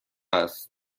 است